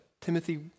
Timothy